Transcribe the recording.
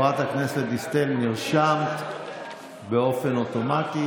חברת הכנסת דיסטל, נרשמת באופן אוטומטי.